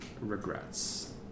regrets